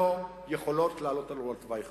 לא יכולות להעלות אותנו על תוואי חדש.